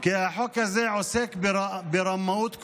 כי החוק הזה עוסק ברמאות כפולה.